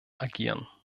agieren